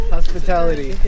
Hospitality